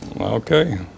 Okay